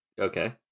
Okay